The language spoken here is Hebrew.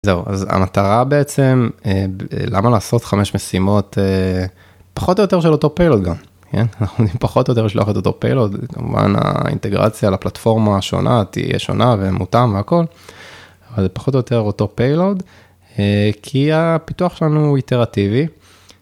זהו אז המטרה בעצם למה לעשות 5 משימות פחות או יותר של אותו פיילוד גם, פחות או יותר לשלוח אותו פיילוד כמובן האינטגרציה לפלטפורמה השונה תהיה שונה ומותאם והכל, פחות או יותר אותו פיילוד כי הפיתוח שלנו האא איטרטיבי.